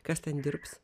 kas ten dirbs